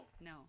no